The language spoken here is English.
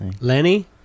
Lenny